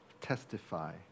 testify